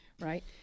Right